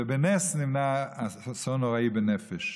ובנס נמנע אסון נוראי בנפש.